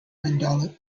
mandela